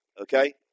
Okay